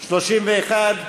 31?